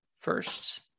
first